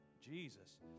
Jesus